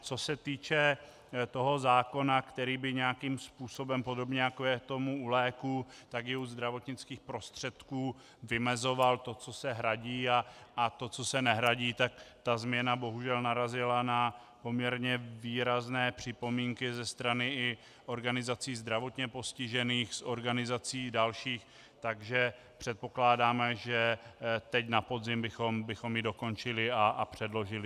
Co se týče toho zákona, který by nějakým způsobem podobně, jako je tomu u léků, i u zdravotnických prostředků vymezoval to, co se hradí, a to, co se nehradí, tak ta změna bohužel narazila na poměrně výrazné připomínky ze strany i organizací zdravotně postižených, z organizací dalších, takže předpokládáme, že teď na podzim bychom ji dokončili a předložili.